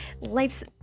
life's